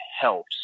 helps